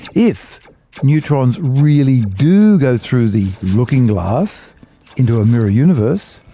if neutrons really do go through the looking glass into a mirror universe,